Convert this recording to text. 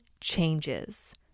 changes